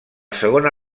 segona